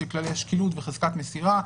של כללי שקילות וחזקת מסירה.